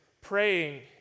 praying